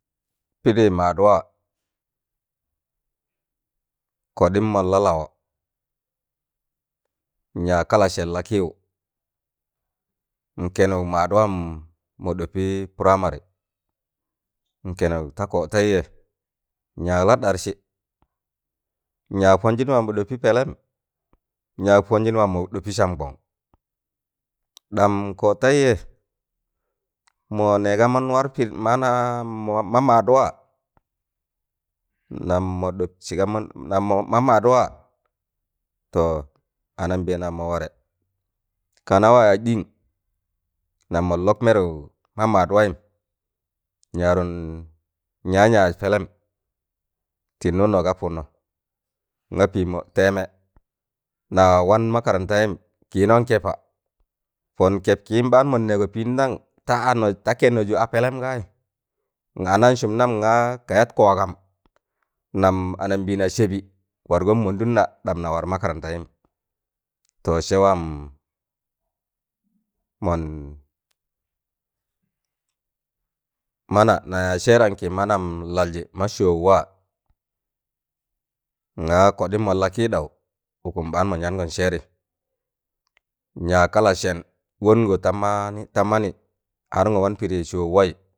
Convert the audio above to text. Pịdị maad waa. Kọɗịm mọn la lawọ nyaag ka Lasẹn Lakịụ n kẹnụk maadwaam mọ ɗọpị puramari n kẹnụk ta kọtẹịjẹ nyaag La ɗarsị nyaag pọnjị waam mọ ɗọpị pẹlẹm nyaag pọnjị waam mọ ɗọpị samkọn ɗam kọtẹịjẹ mọnẹ ka mọn war pịdị manaa mọ ma maadwaa nam mọ ɗọp sịga mọ ɗọp ma maadwaa to anambịịna mọ warẹ kanawa yaaz ɗịn nam mọn lọk mẹrụ ma maadwaịm nyadụnn nyaan yaaz pẹlẹm tịnụnọ ga pụnọ ngaa pịịmọ tẹmẹ nawan makarantem kịịnọn kẹpa pọn kẹpkịịm ɓaan mọn nẹẹgọ pịịdam ta anọyị ta kẹnọjụ a pẹlẹm gaayị nnan sụm nam ga ka yat kwagam nam anabịịna sẹbị wargo mọndụnna ɗam na war makarantayim to sẹ wa mọn mana na yaaz sẹẹran manam laljị ma sọọụ waa ngaa kọɗịm mọn la kịịɗau ụkụm ɓaan mọn yaangọn sẹẹrị nyaag ka La sẹn wọngọ tamaa tamanị ango wan pịdị sọọụ waị.